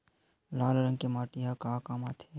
लाल रंग के माटी ह का काम आथे?